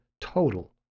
total